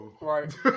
Right